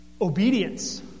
Obedience